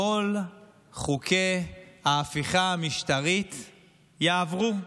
כל חוקי ההפיכה המשטרית יעברו.